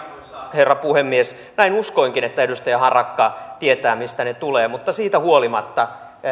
herra puhemies uskoinkin että edustaja harakka tietää mistä ne tulevat mutta siitä huolimatta